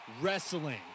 Wrestling